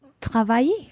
Travailler